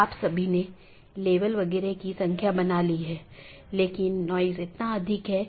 एक गैर मान्यता प्राप्त ऑप्शनल ट्रांसिटिव विशेषता के साथ एक पथ स्वीकार किया जाता है और BGP साथियों को अग्रेषित किया जाता है